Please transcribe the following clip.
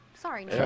Sorry